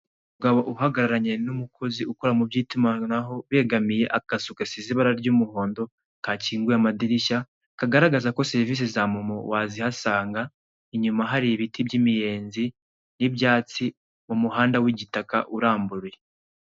Umugabo uhagararanye n'umukozi ukora mu by'itumanaho, begamiye, akazu gasize ibara ry'umuhondo kakinguye amadirishya, kagaragaza ko serivisi za MoMo wazihasanga, inyuma hari ibiti by'imiyenzi y'ibyatsi mu muhanda w'igitaka urambuye.